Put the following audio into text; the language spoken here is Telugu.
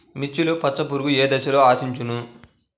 మిర్చిలో పచ్చ పురుగు ఏ దశలో ఆశించును?